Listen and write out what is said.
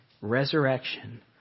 resurrection